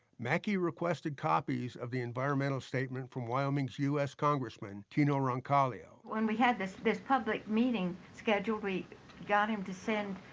makey requested copies of the environmental statement from wyoming's u s. congressman teno roncalio. when we had this this public meeting scheduled we got him to send,